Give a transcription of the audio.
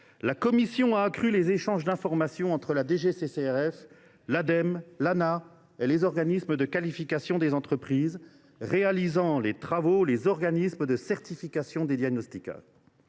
la commission a accru les échanges d’informations entre la DGCCRF, l’Ademe, l’Anah et les organismes de qualification des entreprises réalisant les travaux ou les organismes de certification des diagnostiqueurs.